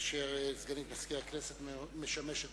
שסגנית מזכיר הכנסת משמשת